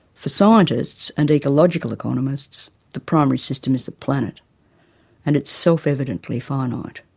for scientists and ecological economists, the primary system is the planet and it's self-evidently finite.